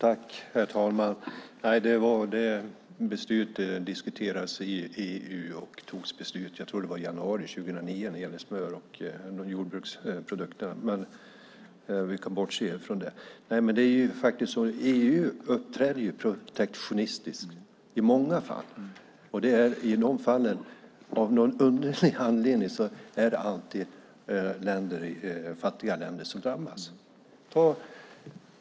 Herr talman! Detta beslut diskuterades i EU och togs i januari 2009, tror jag. Men vi kan bortse från det. EU uppträder protektionistiskt i många fall, och av någon underlig anledning är det alltid fattiga länder som drabbas.